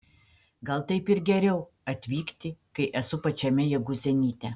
gal taip ir geriau atvykti kai esu pačiame jėgų zenite